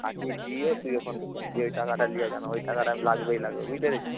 পাঠিয়ে দিয়ে তুই ওখান থেকে যা গিয়ে ওই টাকাটা নিয়ে আয় কেন না ওই টাকাটা লাগবেই লাগবে বুঝতে পেরেছিস